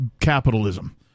capitalism